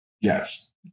Yes